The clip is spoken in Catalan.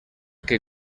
que